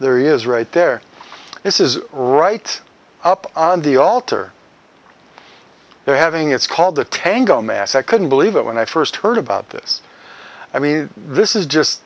there is right there this is right up on the altar they're having it's called the tango mass i couldn't believe it when i first heard about this i mean this is just